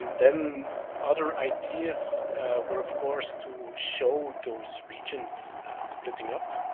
and then other ideas were of course to show those regions splitting up,